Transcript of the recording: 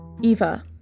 Eva